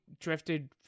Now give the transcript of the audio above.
drifted